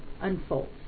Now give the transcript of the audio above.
unfolds